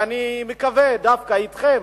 ואני מקווה שדווקא אתכם,